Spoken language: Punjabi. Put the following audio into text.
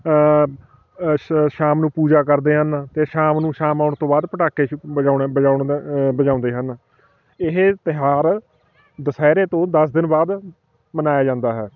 ਸ਼ ਸ਼ਾਮ ਨੂੰ ਪੂਜਾ ਕਰਦੇ ਹਨ ਅਤੇ ਸ਼ਾਮ ਨੂੰ ਸ਼ਾਮ ਹੋਣ ਤੋਂ ਬਾਅਦ ਪਟਾਕੇ ਵਜਾਉਣੇ ਵਜਾਉਣ ਦਾ ਵਜਾਉਂਦੇ ਹਨ ਇਹ ਤਿਉਹਾਰ ਦੁਸਹਿਰੇ ਤੋਂ ਦਸ ਦਿਨ ਬਾਅਦ ਮਨਾਇਆ ਜਾਂਦਾ ਹੈ